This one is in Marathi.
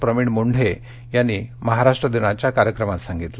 प्रवीण मुंढे यांनी महाराष्ट्र दिनाच्या कार्यक्रमात सांगितलं